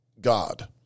God